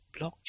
Blockchain